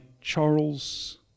Charles